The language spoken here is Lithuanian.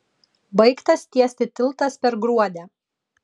baigtas tiesti tiltas per gruodę